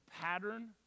pattern